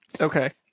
Okay